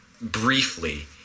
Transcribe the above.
briefly